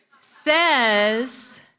says